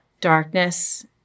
darkness